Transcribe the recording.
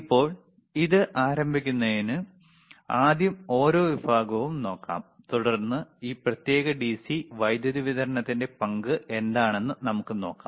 ഇപ്പോൾ ഇത് ആരംഭിക്കുന്നതിന് ആദ്യം ഓരോ വിഭാഗവും നോക്കാം തുടർന്ന് ഈ പ്രത്യേക ഡിസി വൈദ്യുതി വിതരണത്തിന്റെ പങ്ക് എന്താണെന്ന് നമുക്ക് കാണാം